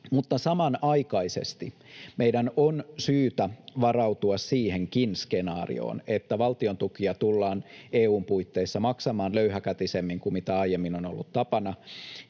Mutta samanaikaisesti meidän on syytä varautua siihenkin skenaarioon, että valtiontukia tullaan EU:n puitteissa maksamaan löyhäkätisemmin kuin aiemmin on ollut tapana,